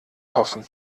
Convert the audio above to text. hoffen